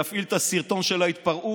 יפעיל את הסרטון של ההתפרעות,